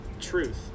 truth